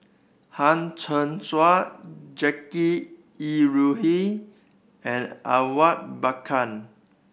Hang Chang Chieh Jackie Yi Ru Ying and Awang Bakar